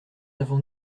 avons